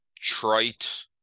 trite